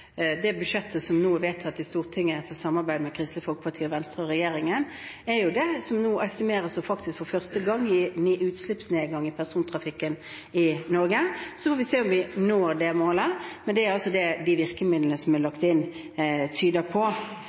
Det budsjettet som ble vedtatt i Stortinget – etter et samarbeid mellom Kristelig Folkeparti, Venstre og regjeringspartiene – er det som for første gang estimeres å gi utslippsnedgang i persontrafikken i Norge. Vi får se om vi når det målet, men det er det de virkemidlene som er lagt inn, tyder på.